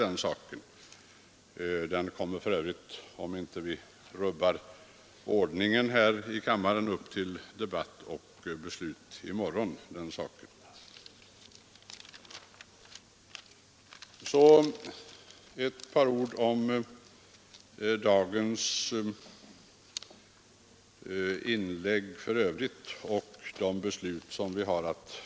Om inte kammarens arbetsordning blir rubbad kommer den frågan upp till debatt och beslut i morgon. Så ett par ord om några av dagens övriga inlägg och om de beslut vi skall fatta.